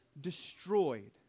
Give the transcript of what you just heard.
destroyed